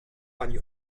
pani